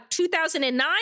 2009